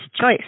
choice